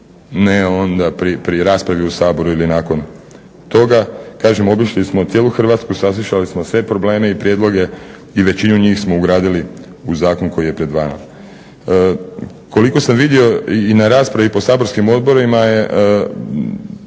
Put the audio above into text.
ne onda pri raspravi u Saboru ili nakon toga. Kažem obišli smo cijelu Hrvatsku, saslušali smo sve probleme i prijedloge i većinu njih smo ugradili u zakon koji je pred vama. Koliko sam vidi i na raspravi i po saborskim odborima je